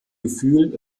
gefühl